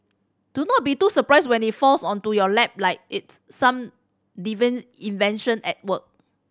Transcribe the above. do not be too surprised when it falls onto your lap like it's some divine intervention at work